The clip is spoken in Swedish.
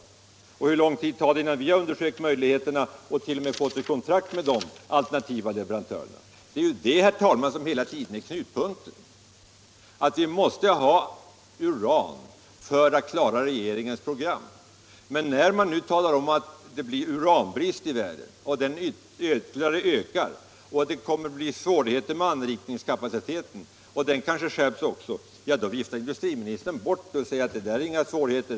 Och hur lång tid tar det innan man från svensk sida undersökt möjligheterna att få leverans därifrån och t.o.m. skrivit kontrakt med dessa alternativa leverantörer? Det är ju det som är knuten. Vi måste ha uran för att klara regeringens program. Men när man nu talar om att det blir uranbrist i världen och att den ytterligare ökar, att vi kommer att få svårigheter med anrikningskapaciteten och att dessa svårigheter kanske också kommer att skärpas, då viftar industriministern bort det och säger: Det där är inga svårigheter.